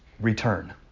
return